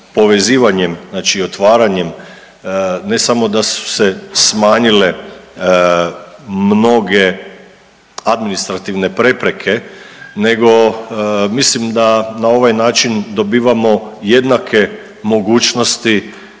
povezivanjem, znači otvaranjem ne samo da su se smanjile mnoge administrativne prepreke nego mislim da na ovaj način dobivamo jednake mogućnosti,